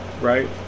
right